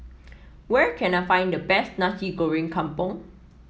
where can I find the best Nasi Goreng Kampung